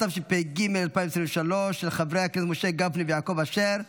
התשפ"ג 2023, של חברי הכנסת משה גפני ויעקב אשר,